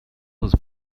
was